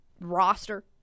roster